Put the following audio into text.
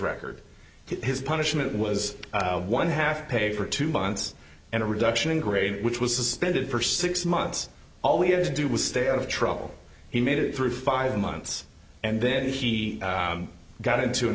record his punishment was one half pay for two months and a reduction in grade which was suspended for six months all we had to do was stay out of trouble he made it through five months and then he got into an